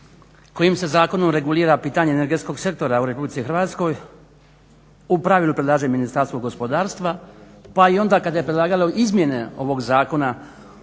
kojim se zakonom regulira pitanje energetskog sektora u Republici Hrvatskoj u pravilu predlaže Ministarstvo gospodarstva pa i onda kada je predlagalo izmjene ovog zakona